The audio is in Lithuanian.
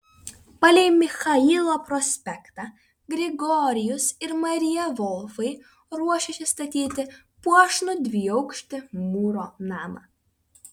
palei michailo prospektą grigorijus ir marija volfai ruošėsi statyti puošnų dviaukštį mūro namą